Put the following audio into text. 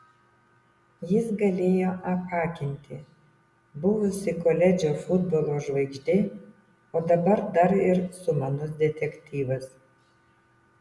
jis galėjo apakinti buvusi koledžo futbolo žvaigždė o dabar dar ir sumanus detektyvas